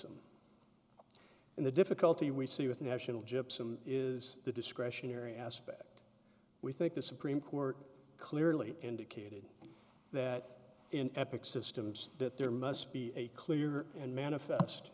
m and the difficulty we see with national gypsum is the discretionary aspect we think the supreme court clearly indicated that in epic systems that there must be a clear and manifest